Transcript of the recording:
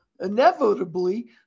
inevitably